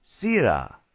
Sira